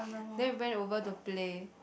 then we went over to play